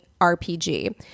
RPG